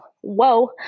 whoa